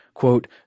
Quote